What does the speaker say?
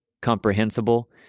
comprehensible